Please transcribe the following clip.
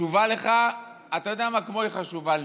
חשובה לך, אתה יודע מה, כמו שהיא חשובה לי,